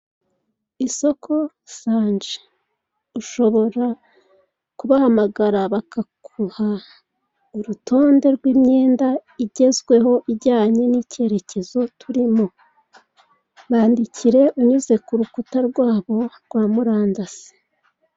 Isoko Sanju ushobora kubahamagara bakaguha urutobde rw' imyenda igezweho ijyanye n' icyerekezo turimo. Bandikire unyuze ku rukuta rwabo rwo muri andasi.